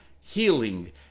healing